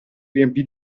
riempì